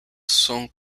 son